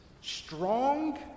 strong